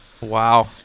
Wow